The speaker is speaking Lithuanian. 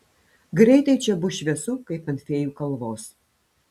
greitai čia bus šviesu kaip ant fėjų kalvos